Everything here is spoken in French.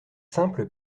simple